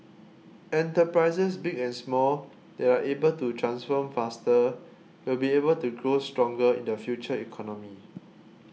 enterprises big and small that are able to transform faster will be able to grow stronger in the future economy